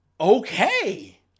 okay